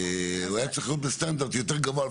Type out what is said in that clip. הוא היה צריך להיות בסטנדרט יותר גבוה,